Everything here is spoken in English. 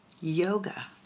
Yoga